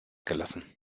gelassen